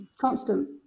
Constant